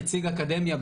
נציג אקדמיה,